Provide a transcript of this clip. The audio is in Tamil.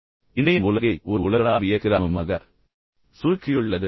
உண்மையில் இணையம் உலகை ஒரு உலகளாவிய கிராமமாக சுருக்கியுள்ளது